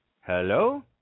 Hello